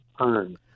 earn